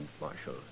Marshal